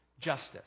justice